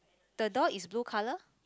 the door is blue colour